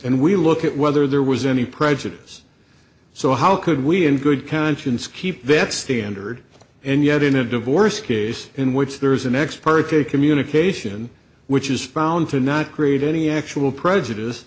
and we look at whether there was any prejudice so how could we in good conscience keep that standard and yet in a divorce case in which there's an ex parte communication which is found to not create any actual prejudice